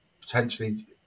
potentially